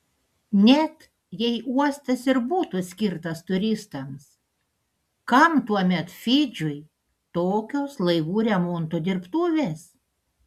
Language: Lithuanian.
net jei uostas ir būtų skirtas turistams kam tuomet fidžiui tokios laivų remonto dirbtuvės